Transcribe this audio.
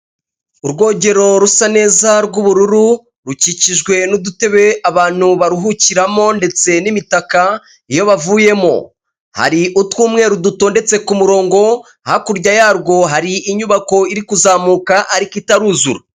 Urwogero rusa neza rw'ubururu rukikijwe n'udutebe abantu baruhukiramo ndetse n'imitaka iyo bavuyemo; hari utw'umweru dutondetse ku murongo hakurya yarwo hari inyubako iri kuzamuka ariko itaruzura.